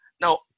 Now